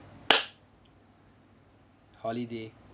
holiday